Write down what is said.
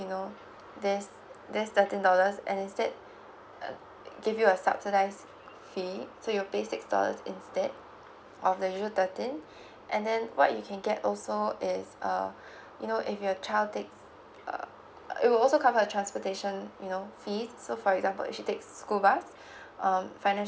you know this this thriteen dollars and instead uh give you a subsidise fee so you'll pay six dollars instead of the usual thirteen and then what you can get also is uh you know if your child take err err it will also cover a transportation you know fees so for example if she takes school bus um financial